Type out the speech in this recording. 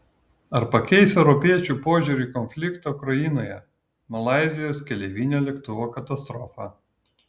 ar pakeis europiečių požiūrį į konfliktą ukrainoje malaizijos keleivinio lėktuvo katastrofa